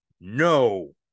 No